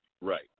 Right